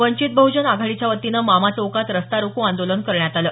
वंचित बहुजन आघाडीच्यावतीनं मामा चौकात रास्ता रोको आंदोलन करण्यात आलं